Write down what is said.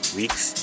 weeks